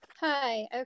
Hi